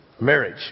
Marriage